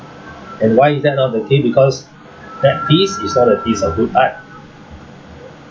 and why is that not the case because that piece is not a piece of good art